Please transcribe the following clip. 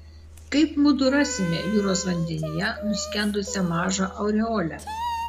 kaip mudu rasime jūros vandenyje nuskendusią mažą aureolę